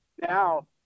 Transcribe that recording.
now